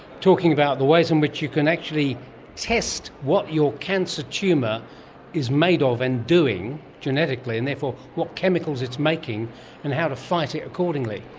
talking about the ways in which you can actually test what your cancer tumour is made of and doing genetically, and therefore what chemicals its making and how to fight it accordingly.